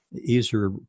easier